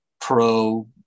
pro